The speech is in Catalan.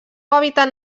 hàbitat